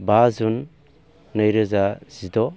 बा जुन नैरोजा जिद'